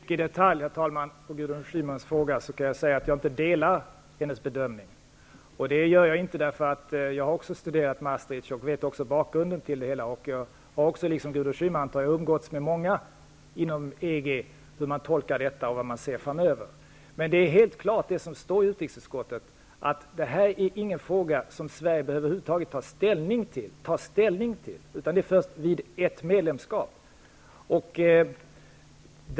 Herr talman! Utan att i detalj gå in på Gudrun Schymans fråga så kan jag säga att jag inte delar hennes bedömning. Jag har också studerat dokumenten från Maastricht och vet också bakgrunden till det hela. Jag har också, liksom Gudrun Schyman, umgåtts med många inom EG och undersökt hur man tolkar detta och vad man ser framöver. Men det som står i utrikesutskottets betänkande är helt klart: Detta är icke en fråga som Sverige behöver ta ställning till. Det blir aktuellt först vid ett medlemskap.